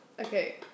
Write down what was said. Okay